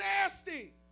nasty